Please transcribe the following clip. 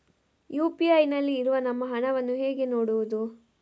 UPI ನಲ್ಲಿ ಇರುವ ನಮ್ಮ ಹಣವನ್ನು ಹೇಗೆ ನೋಡುವುದು?